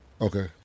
Okay